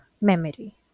memory